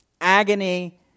Agony